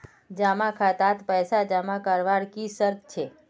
जमा खातात पैसा जमा करवार की शर्त छे?